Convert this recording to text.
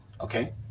okay